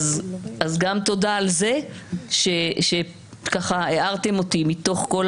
אז גם תודה על זה שהערתם אותי מתוך כל